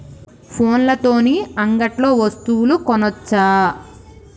ఫోన్ల తోని అంగట్లో వస్తువులు కొనచ్చా?